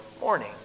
morning